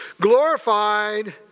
glorified